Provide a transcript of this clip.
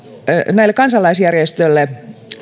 näille kansalaisjärjestöille